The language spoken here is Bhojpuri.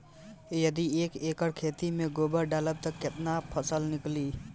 यदि एक एकर खेत मे गोबर डालत बानी तब ओमे आउर् कौन कौन उर्वरक डालल जरूरी बा?